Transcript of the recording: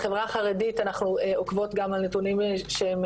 בחברה החרדית אנחנו עוקבות גם על נתונים שהם